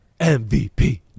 mvp